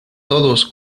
todos